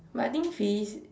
but I think Felice